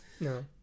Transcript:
No